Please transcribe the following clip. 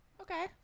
Okay